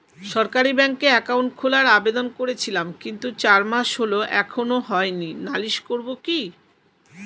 সরকারি ব্যাংকে একাউন্ট খোলার আবেদন করেছিলাম কিন্তু চার মাস হল এখনো হয়নি নালিশ করব কি?